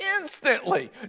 instantly